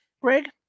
Greg